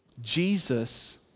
Jesus